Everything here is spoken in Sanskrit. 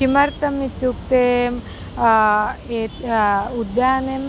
किमर्थम् इत्युक्ते एतत् उद्यानम्